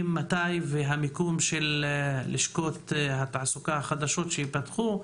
והמיקום של לשכות התעסוקה החדשות שייפתחו.